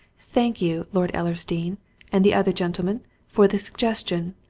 thank you, lord ellersdeane and the other gentleman for the suggestion.